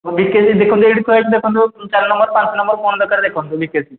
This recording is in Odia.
ଭିକେସି ଦେଖନ୍ତୁ ଏଇଠି ସାଇଜ୍ ଦେଖନ୍ତୁ ଚାରି ନମ୍ବର ପାଞ୍ଚ ନମ୍ବର କ'ଣ ଦରକାର ଦେଖନ୍ତୁ ଭିକେସି